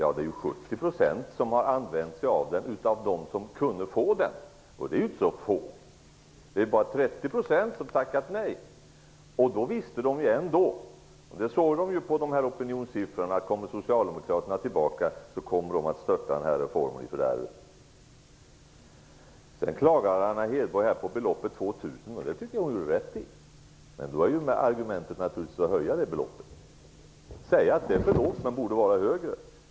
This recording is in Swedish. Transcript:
Av dem som kunnat få vårdnadsbidrag har 70 % använt sig av härav, och de är inte så få. Det är bara 30 % som har tackat nej. Då visste de ändå att Socialdemokraterna skulle störta reformen i fördärvet om de kom tillbaks till makten. Det såg de på opinionssiffrorna. Anna Hedborg klagar på beloppet 2 000 kr. Det tycker jag att hon gjorde rätt i. Men då skulle det naturligtvis finnas argument för att höja beloppet eller säga att det borde vara högre.